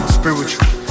spiritual